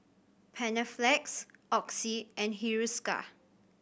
Panaflex Oxy and Hiruscar